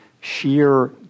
sheer